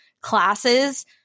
classes